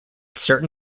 certain